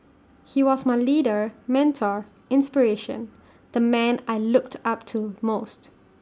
he was my leader mentor inspiration the man I looked up to most